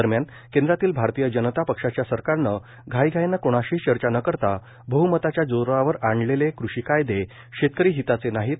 दरम्यान केंद्रातील भारतीय जनता पक्षाच्या सरकारनं घाईघाईनं कोणाशीही चर्चा न करता बहमताच्या जोरावर आणलेले कृषी कायदे शेतकरी हिताचे नाहीत